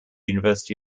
university